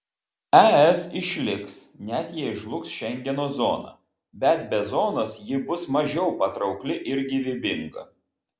es išliks net jei žlugs šengeno zona bet be zonos ji bus mažiau patraukli ir gyvybinga